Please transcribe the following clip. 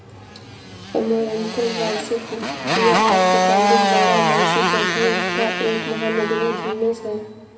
amaranthus वार्षिक या अल्पकालिक बारहमासी पौधों का एक महानगरीय जीनस है